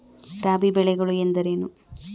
ರಾಬಿ ಬೆಳೆಗಳು ಎಂದರೇನು?